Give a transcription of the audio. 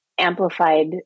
amplified